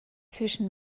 zwischen